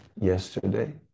yesterday